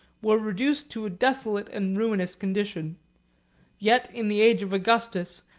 were reduced to a desolate and ruinous condition yet, in the age of augustus,